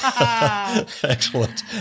Excellent